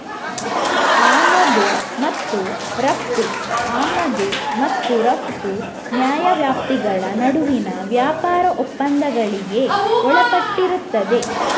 ಆಮದು ಮತ್ತು ರಫ್ತು ಆಮದು ಮತ್ತು ರಫ್ತು ನ್ಯಾಯವ್ಯಾಪ್ತಿಗಳ ನಡುವಿನ ವ್ಯಾಪಾರ ಒಪ್ಪಂದಗಳಿಗೆ ಒಳಪಟ್ಟಿರುತ್ತದೆ